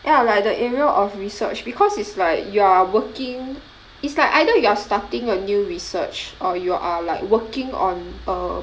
ya like the area of research because it's like you are working it's like either you are starting a new research or you are like working on a